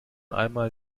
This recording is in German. einmal